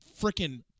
freaking